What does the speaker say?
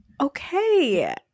Okay